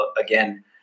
again